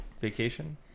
vacation